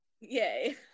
yay